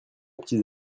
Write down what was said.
petits